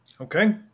Okay